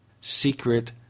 secret